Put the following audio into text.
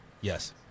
Yes